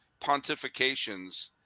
pontifications